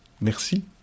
Merci